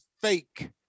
fake